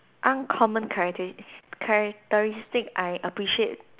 uncommon characteris~ characteristic I appreciate